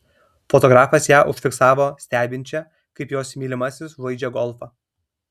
fotografas ją užfiksavo stebinčią kaip jos mylimasis žaidžią golfą